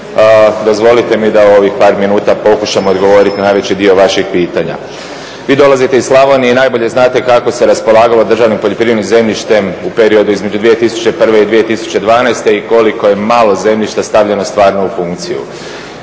dozvolite mi da u ovih par minuta pokušam odgovorit na najveći dio vašeg pitanja. Vi dolazite iz Slavonije i najbolje znate kako se raspolagalo državnim poljoprivrednim zemljištem u periodu između 2001. i 2012. i koliko je malo zemljišta stavljeno stvarno u funkciju.